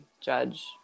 judge